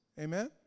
Amen